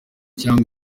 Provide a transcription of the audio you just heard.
cyangwa